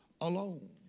alone